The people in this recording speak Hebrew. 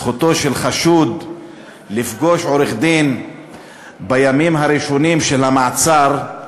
זכותו של חשוד לפגוש עורך-דין בימים הראשונים של המעצר היא